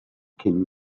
cyn